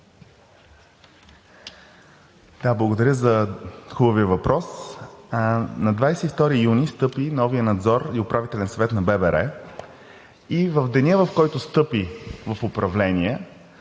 благодаря за хубавия въпрос. На 22 юни встъпи новият Надзор и Управителен съвет на ББР и в деня, в който встъпи в управление,